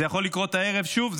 זה יכול להיות לקרות הערב שוב.